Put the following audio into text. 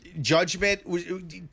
judgment